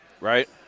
Right